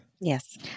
Yes